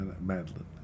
Madeline